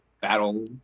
battle